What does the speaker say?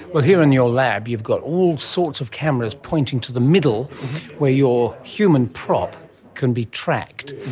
well, here in your lab you've got all sorts of cameras pointing to the middle where your human prop can be tracked.